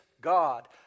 God